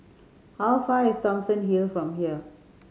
how far is Thomson Hill from here